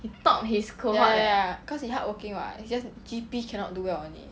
ya ya ya cause he hardworking [what] it's just G_P cannot do well only